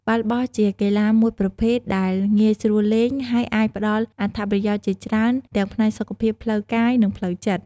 បាល់បោះជាកីឡាមួយប្រភេទដែលងាយស្រួលលេង ហើយអាចផ្តល់អត្ថប្រយោជន៍ជាច្រើនទាំងផ្នែកសុខភាពផ្លូវកាយ និងផ្លូវចិត្ត។